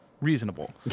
reasonable